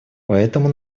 поэтому